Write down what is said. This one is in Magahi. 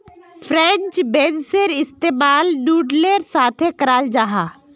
फ्रेंच बेंसेर इस्तेमाल नूडलेर साथे कराल जाहा